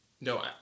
no